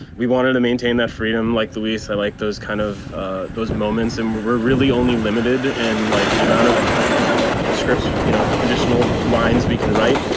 we wanted to maintain that freedom. like luis, i like those kind of those moments. and we're really only limited in like the amount of so you know conditional lines we can write.